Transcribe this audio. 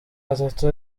batatu